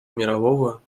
мирового